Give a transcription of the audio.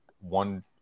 one